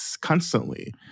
constantly